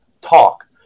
talk